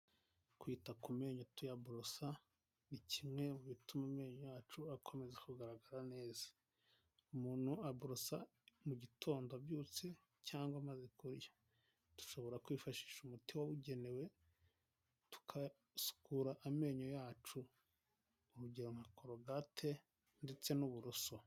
Kwita ku menyo tuyaborosa, ni kimwe mu bituma amenyo yacu akomeza kugaragara neza. Umuntu aborosa mu gitondo abyutse cyangwa amaze kurya. Dushobora kwifashisha umuti wabugenewe, tugasukura amenyo yacu. Urugero nka korogate ndetse n'uburoso.